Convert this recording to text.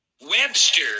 Webster